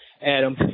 Adam